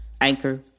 Anchor